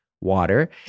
water